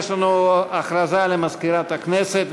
יש לנו הודעה למזכירת הכנסת,